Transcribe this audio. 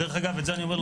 דרך אגב את זה אני אומר,